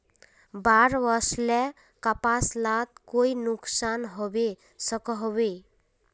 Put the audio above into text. बाढ़ वस्ले से कपास लात कोई नुकसान होबे सकोहो होबे?